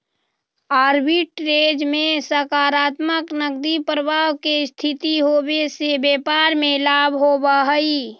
arbitrage में सकारात्मक नकदी प्रवाह के स्थिति होवे से व्यापार में लाभ होवऽ हई